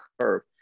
curve